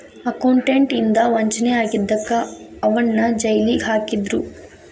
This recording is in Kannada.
ಅಕೌಂಟೆಂಟ್ ಇಂದಾ ವಂಚನೆ ಆಗಿದಕ್ಕ ಅವನ್ನ್ ಜೈಲಿಗ್ ಹಾಕಿದ್ರು